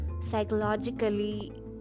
psychologically